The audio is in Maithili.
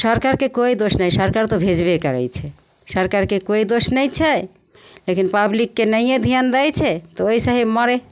सरकारके कोइ दोस नहि सरकार तऽ भेजबे करै छै सरकारके कोइ दोस नहि छै लेकिन पबलिकके नहिए धिआन दै छै तऽ ओहिसहि मरै